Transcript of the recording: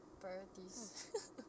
Priorities